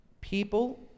People